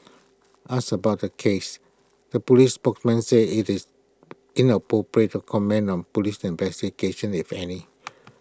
asked about the case A Police spokesman said IT is inappropriate to comment on Police investigations if any